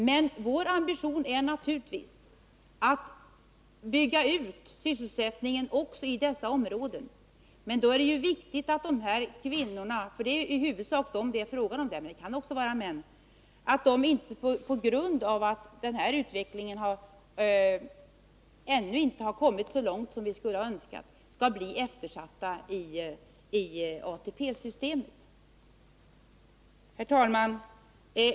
Men vår ambition är naturligtvis att bygga ut sysselsättningen även i dessa områden. Då är det ju viktigt att de här kvinnorna — det är i huvudsak kvinnor som det är fråga om, även om det också kan gälla män — på grund av att vi ännu inte har kommit så långt som vi skulle ha önskat inte blir eftersatta i ATP-systemet. Herr talman!